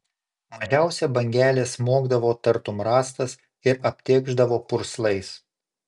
mažiausia bangelė smogdavo tartum rąstas ir aptėkšdavo purslais